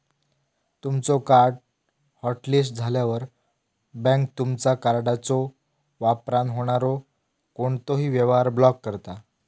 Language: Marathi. तुमचो कार्ड हॉटलिस्ट झाल्यावर, बँक तुमचा कार्डच्यो वापरान होणारो कोणतोही व्यवहार ब्लॉक करता